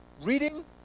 Reading